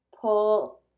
pull